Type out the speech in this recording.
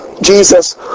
Jesus